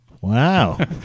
Wow